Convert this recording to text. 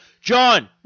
John